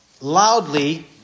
loudly